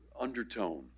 undertone